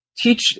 teach